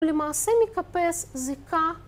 למעשה נחפש זיקה